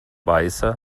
weiße